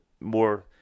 more